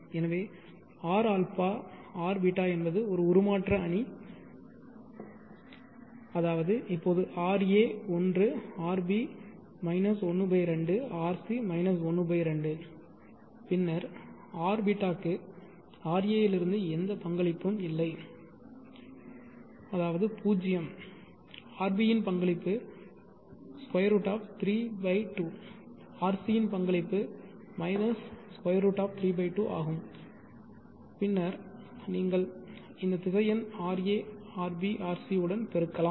எனவே rα rβ என்பது ஒரு உருமாற்ற அணி அதாவது இப்போது ra 1 rb 12 rc ½ பின்னர் rβ க்கு ra இலிருந்து எந்த பங்களிப்பும் இல்லை அதாவது பூஜ்ஜியம் rb இன் பங்களிப்பு √3 2 rc இன் பங்களிப்பு √3 2 ஆகும் பின்னர் நீங்கள் அதை இந்த திசையன் ra rb rc உடன் பெருக்கலாம்